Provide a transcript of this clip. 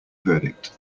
verdict